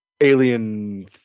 Alien